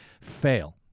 fail